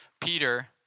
Peter